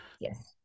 yes